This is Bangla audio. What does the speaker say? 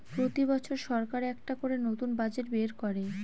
প্রতি বছর সরকার একটা করে নতুন বাজেট বের করে